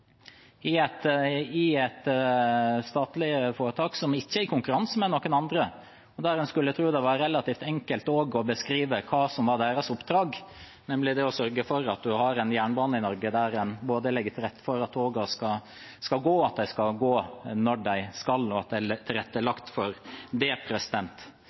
ikke er i konkurranse med noen andre, og der en skulle tro det var relativt enkelt å beskrive hva som er deres oppdrag, nemlig å sørge for en jernbane i Norge der en legger til rette for både at togene skal gå, og at de går når de skal. Det er behov for å kutte i statlig byråkrati. Bare konsulentbruken i staten var på 4,4 mrd. kr første halvår i år. I tillegg er det